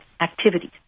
activities